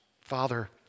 Father